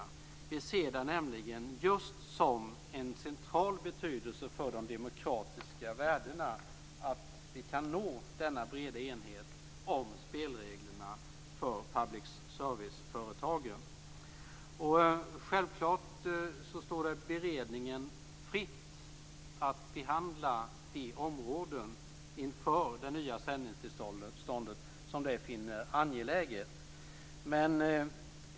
Vi anser det vara av central betydelse för de demokratiska värdena att nå bred enighet om spelreglerna för public service-företagen. Självklart står det beredningen fritt att behandla de områden den finner är angelägna inför det nya sändningstillståndet.